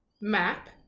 map